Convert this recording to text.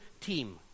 team